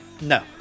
No